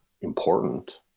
important